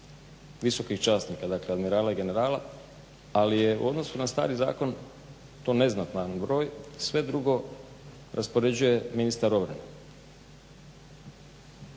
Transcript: visokih časnika, dakle admirala i generala ali je u odnosu na stari zakon to neznatan broj. Sve drugo raspoređuje ministar obrane